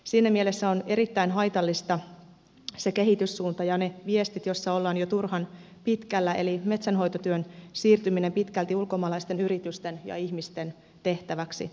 siinä mielessä erittäin haitallisia ovat se kehityssuunta ja ne viestit joissa ollaan jo turhan pitkällä eli metsänhoitotyön siirtyminen pitkälti ulkomaalaisten yritysten ja ihmisten tehtäväksi